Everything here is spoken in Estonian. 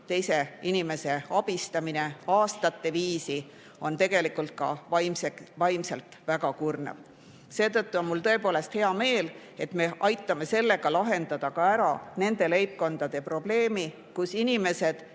teise inimese abistamine aastate viisi on ka vaimselt väga kurnav. Seetõttu on mul hea meel, et me aitame lahendada ära nende leibkondade probleemi, kus inimesed